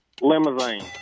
Limousine